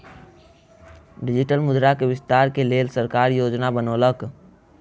digital मुद्रा के विस्तार के लेल सरकार योजना बनौलक